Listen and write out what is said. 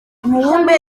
imibumbe